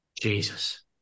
Jesus